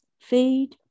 Feed